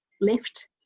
left